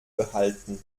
behalten